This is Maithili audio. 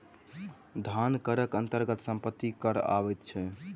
धन करक अन्तर्गत सम्पत्ति कर अबैत अछि